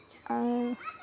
ᱟᱨ